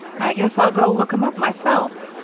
i guess i'll go look em up myself.